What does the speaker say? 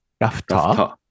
Rafta